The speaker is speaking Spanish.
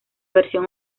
versión